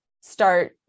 start